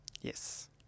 yes